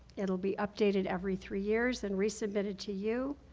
it will be updated every three years and resubmitted to you,